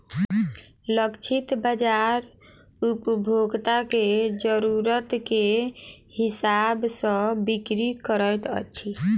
लक्षित बाजार उपभोक्ता के जरुरत के हिसाब सॅ बिक्री करैत अछि